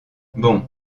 bon